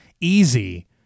Easy